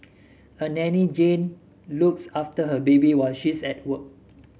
a nanny Jane looks after her baby while she's at work